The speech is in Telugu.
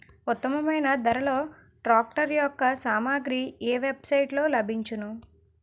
ఉత్తమమైన ధరలో ట్రాక్టర్ యెక్క సామాగ్రి ఏ వెబ్ సైట్ లో లభించును?